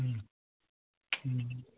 હા હા